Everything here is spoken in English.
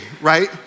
right